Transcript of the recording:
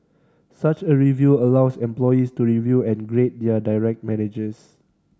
such a review allows employees to review and grade their direct managers